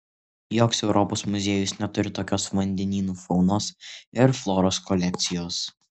joks europos muziejus neturi tokios vandenynų faunos ir floros kolekcijos